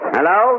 Hello